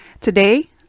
Today